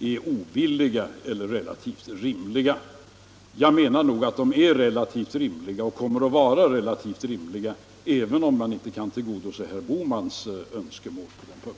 är obilliga eller relativt rimliga. Jag menar att de är relativt rimliga och kommer att vara det, även om man inte kan tillgodose herr Bohmans önskemål på den punkten.